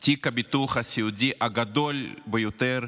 תיק הביטוח הסיעודי הגדול ביותר,